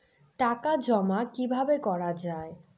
টাকা জমা কিভাবে করা য়ায়?